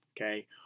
Okay